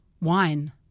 wine